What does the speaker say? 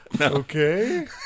Okay